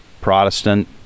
Protestant